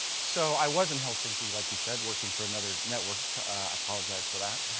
so i was in helsinki, like you said, working for another network eye apologize for that.